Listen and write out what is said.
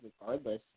regardless